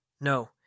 No